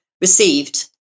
received